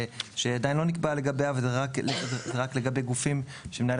שעדיין לא נקבע לגביה אלא רק לגבי גופים שמנהלים